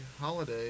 holiday